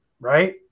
right